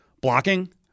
blocking